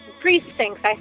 precincts